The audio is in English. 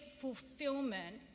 fulfillment